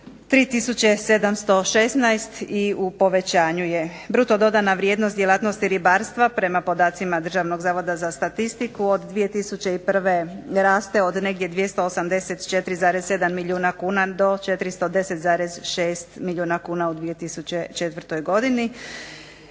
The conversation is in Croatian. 716 i u povećanju je. Bruto dodana vrijednost djelatnosti ribarstva prema podacima Državnog zavoda za statistiku od 2001. raste od negdje 284,7 milijuna kuna do 410,6 milijuna kuna u 2004. godini.